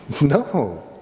No